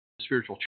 Spiritual